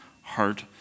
heart